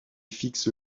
fix